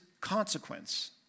consequence